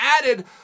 added